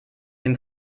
dem